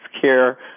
care